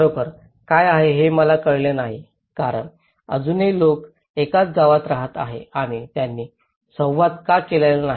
खरोखर काय आहे हे मला कळले नाही कारण अजूनही लोक एकाच गावात राहत आहेत आणि त्यांनी संवाद का का केला नाही